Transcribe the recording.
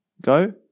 go